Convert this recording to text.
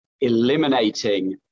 eliminating